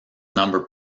number